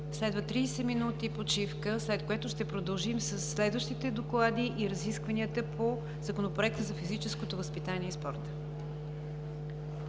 следва 30 минути почивка, след което ще продължим със следващите доклади и разискванията по Законопроекта за физическото възпитание и спорта.